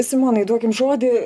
simonai duokim žodį